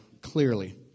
clearly